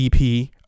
EP